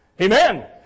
Amen